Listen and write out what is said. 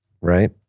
Right